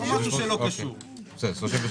כרגע לא.